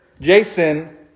Jason